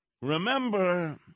remember